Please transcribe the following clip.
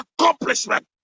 accomplishment